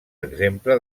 exemple